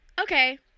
okay